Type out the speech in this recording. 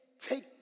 take